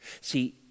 See